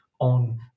on